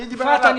יפעת,